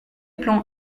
plan